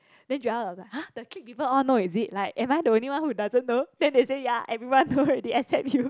then Joel was like !huh! the clique people all know is it like am I the only one that doesn't know then they say like ya everyone know already except you